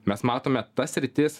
mes matome tas sritis